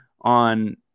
on